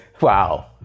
Wow